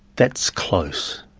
that's close,